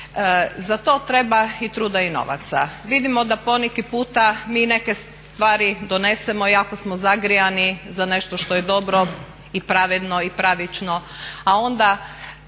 Za to treba i truda i novaca. Vidimo da poneki puta mi neke stvari donesemo i jako smo zagrijani za nešto što je dobro i pravedno i pravično a onda